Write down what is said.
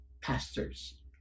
pastors